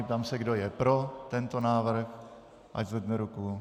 Ptám se, kdo je pro tento návrh, ať zvedne ruku.